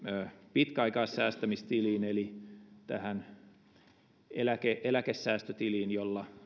pitkäaikaissäästämistiliin eli tähän eläkesäästötiliin jolla